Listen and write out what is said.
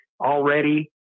already